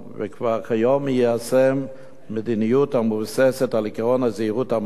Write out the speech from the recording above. כיום מיישם מדיניות המבוססת על עקרון הזהירות המונעת